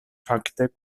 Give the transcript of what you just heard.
fakte